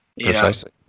Precisely